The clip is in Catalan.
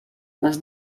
les